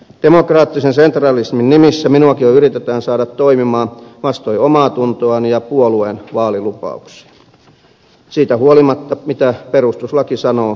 demokraattisen sentralismin nimissä minuakin yritetään saada toimimaan vastoin omaatuntoani ja puolueen vaalilupauksia siitä huolimatta mitä perustuslaki sanoo kansanedustajan asemasta